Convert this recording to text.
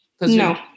No